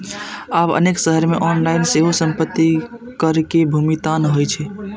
आब अनेक शहर मे ऑनलाइन सेहो संपत्ति कर के भुगतान होइ छै